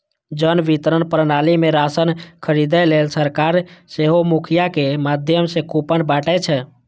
जन वितरण प्रणाली मे राशन खरीदै लेल सरकार सेहो मुखियाक माध्यम सं कूपन बांटै छै